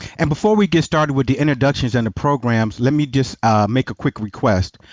and before we get started with the introductions and programs, let me make a quick request.